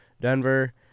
Denver